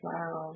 Wow